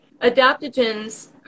adaptogens